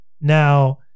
now